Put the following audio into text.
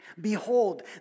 Behold